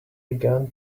began